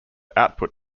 output